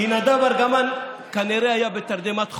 כי נדב ארגמן כנראה היה בתרדמת חורף,